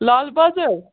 Lal Bazar